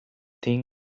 thing